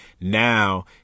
Now